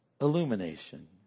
illumination